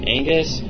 Angus